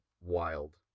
wild